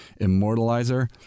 Immortalizer